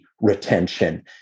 retention